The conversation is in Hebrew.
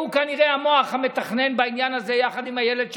שהוא כנראה המוח המתכנן בעניין הזה יחד עם אילת שקד,